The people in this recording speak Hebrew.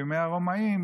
בימי הרומאים,